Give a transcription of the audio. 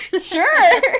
sure